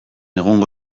egungo